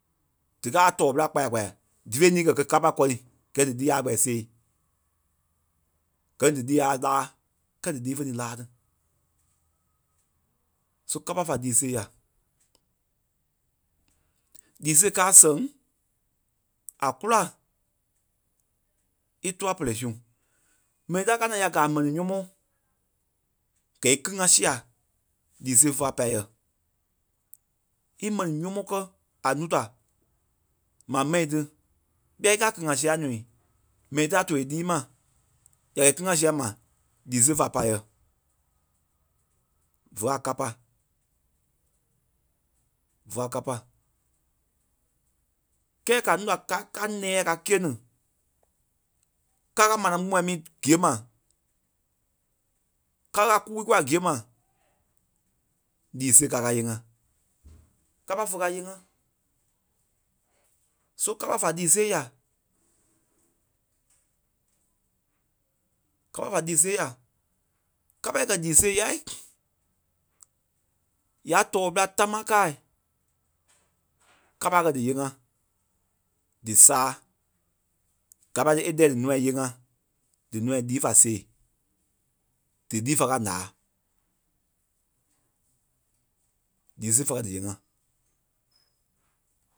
Díkaa a tɔɔ ɓela kpaya kpaya dífei niî kɛ̀ kɛ̀ kâpa kɔ́rii gɛ ní dílii aâ kpɛɛ sêei, gɛ̀ ní dílii aâ láa kɛ́ɛ dílii fé niî láa ní. Só kâpa fa lii sêe yà. Lii sêe káa a sɛŋ a kúla í tua perei, su mɛnii tá káa naa ya gɛ́ a mɛni nyɔ́mɔɔ gɛ̀i kíli ŋá sîa lii sêe féa pâi yɛ̂. Í mɛni nyɔ́mɔɔ kɛ́ a núu da maa mɛi tí tɛ́i íkaa a kili ŋa sîa nuui mɛi tí a too í líi ḿa ya kɛ̀ í kíli ŋá siai ma lii sêe fa pá yɛ̂. Vé a kâpa, vé a kâpa. Kɛ́ ka núu da ká- ká nɛ̃ɛ a ká kîe ni ká kɛ́ ká manaŋ kpumai mii kî- gîe ma ká kɛ́ ká kúui kúla gîe ma lii sêe káa ká yee ŋa kâpa fé ká yée ŋá só kâpa fa lii sêe yà. kâpa fa lii sêe yà, kâpa èei kɛ̀ lii sêe yái ya tɔɔ ɓela támaa káai kâpa a kɛ̀ dí yée ŋá dí sáa gâpai tí é lɛ̀ɛ dí nûai yee ŋá dí nûai líi fa sêei dílii fa kɛ̀ a ǹaa lii sêe fa kɛ díyee ŋá.